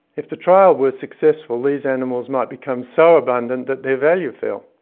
if the trial were successful, these animals might become so abundant that their value fell.